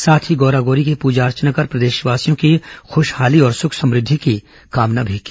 साथ ही गौरा गौरी की पूजा अर्चना कर प्रदेशवासियों की खुशहाली और सुख समृद्धि की कामना भी की